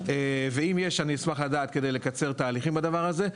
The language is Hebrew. ואם יש אני אשמח לדעת כדי לקצר תהליכים בדבר הזה.